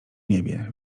niebie